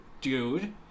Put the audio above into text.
dude